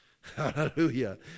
Hallelujah